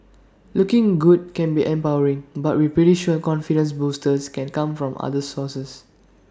looking good can be empowering but we're pretty sure confidence boosters can come from other sources